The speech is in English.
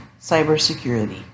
cybersecurity